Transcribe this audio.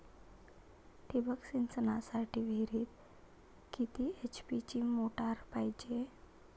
ठिबक सिंचनासाठी विहिरीत किती एच.पी ची मोटार पायजे?